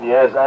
Yes